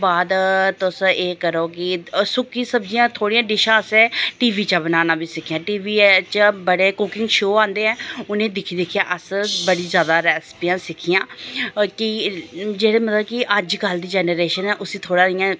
बाद तुस एह् करो कि सुक्की सब्जियां थोह्ड़ियां डिशां असें टीवी चा बनाना बी सिक्खियां टीवी चा बड़े कुकिंग शो औंदे ऐं उ'नें दिक्खी दिक्खियै अस बड़ी जैदा रेसपियां सिक्खियां केईं जेह्ड़े मतलब कि अजकल दी जनरेशन ऐ उसी थोह्ड़ा इ'यां